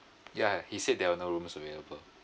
ya he said there were no rooms available